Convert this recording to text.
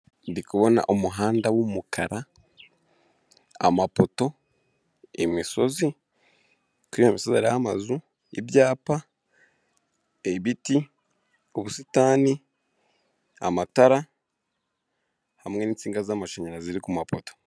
Ndi kubona umuhanda w'umukara, amapoto, imisozi, hariho ibyapa, ibiti, ubusitani, amatara, hamwe n'insinga z'amashanyarazi ziri ku mapoto.